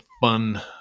fun